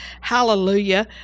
Hallelujah